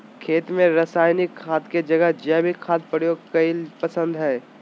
खेत में रासायनिक खाद के जगह जैविक खाद प्रयोग कईल पसंद हई